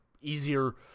Easier